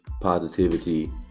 positivity